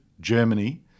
Germany